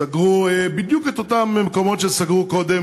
סגרו בדיוק את אותם מקומות שסגרו קודם.